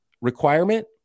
requirement